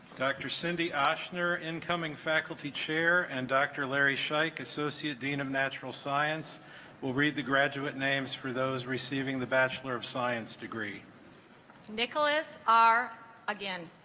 dr. cindy a ah schnur incoming faculty chair and dr. larry shake associate dean of natural science will read the graduate names for those receiving the bachelor of science degree nicholas are again